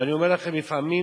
ולפעמים